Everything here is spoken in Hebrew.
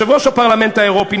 יושב-ראש הפרלמנט האירופי,